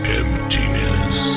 emptiness